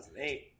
2008